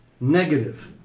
negative